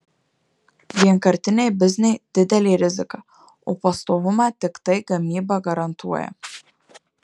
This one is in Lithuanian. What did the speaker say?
vienkartiniai bizniai didelė rizika o pastovumą tiktai gamyba garantuoja